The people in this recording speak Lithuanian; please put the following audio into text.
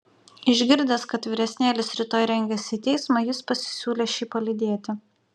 išgirdęs kad vyresnėlis rytoj rengiasi į teismą jis pasisiūlė šį palydėti